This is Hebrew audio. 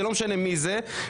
זה לא משנה מי זה,